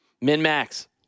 Min-max